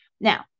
now